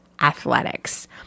Athletics